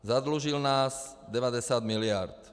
Zadlužil nás o 90 mld.